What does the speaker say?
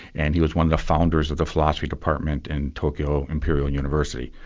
and he was one of the founders of the philosophy department in tokyo imperial university.